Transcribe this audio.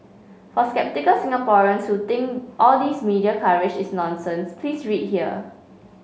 for sceptical Singaporeans who think all these media coverage is nonsense please read here